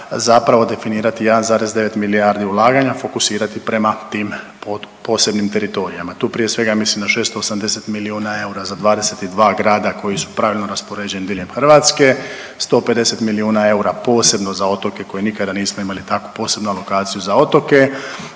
zapravo definirati 1,9 milijardi ulaganja, fokusirati prema tim posebnim teritorijima. Tu prije svega mislim na 680 milijuna eura za 22 grada koji su pravilno raspoređeni diljem Hrvatske, 150 milijuna eura posebno za otoke koje nikada nismo imali takvu posebnu alokaciju za otoke,